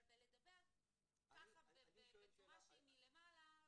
אבל לדבר ככה מלמעלה,